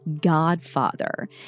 godfather